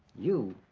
you,